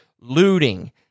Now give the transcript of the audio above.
looting